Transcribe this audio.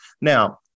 Now